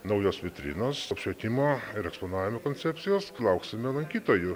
naujos vitrinos apšvietimo ir eksponavimo koncepcijos lauksime lankytojų